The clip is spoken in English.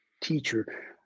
teacher